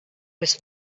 was